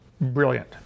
Brilliant